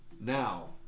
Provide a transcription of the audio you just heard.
Now